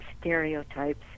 stereotypes